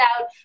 out